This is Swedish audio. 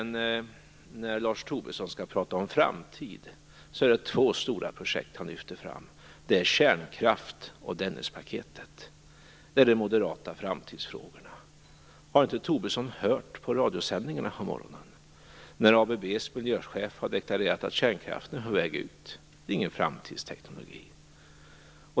När Lars Tobisson skall prata om framtiden är det två stora projekt han lyfter fram. Det är kärnkraften och Dennispaketet. Det är de moderata framtidsfrågorna. Har inte Tobisson hört på radiosändningarna på morgonen? ABB:s miljöchef har deklarerat att kärnkraften är på väg ut. Det är inte någon framtidsteknologi.